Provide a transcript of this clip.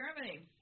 Germany